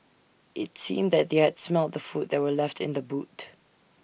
IT seemed that they had smelt the food that were left in the boot